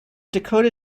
dakota